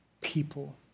people